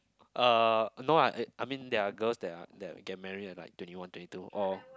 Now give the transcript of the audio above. uh no lah I I mean there are girls that are that get married at like twenty one twenty two or